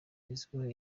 izwiho